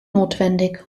notwendig